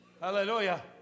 Hallelujah